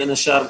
בין השאר,